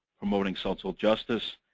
promoting social justice,